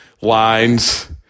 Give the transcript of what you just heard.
lines